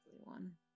one